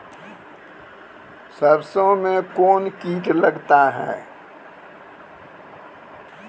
सरसों मे कौन कीट लगता हैं?